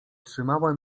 trzymała